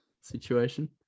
situation